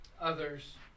Others